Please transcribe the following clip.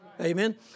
Amen